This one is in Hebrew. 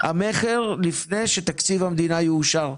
המכר לפני שתקציב המדינה יאושר.